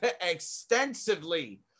extensively